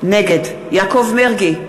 נגד יעקב מרגי,